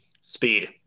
Speed